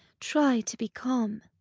try to be calm.